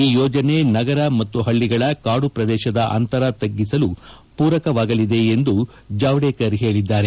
ಈ ಯೋಜನೆ ನಗರ ಮತ್ತು ಹಳ್ಳಿಗಳ ಕಾಡು ಶ್ರದೇಶದ ಅಂತರ ತಗ್ಗಿಸಲು ಪೂರಕವಾಗಲಿದೆ ಎಂದು ಜಾವ್ನೇಕರ್ ಹೇಳಿದ್ದಾರೆ